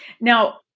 Now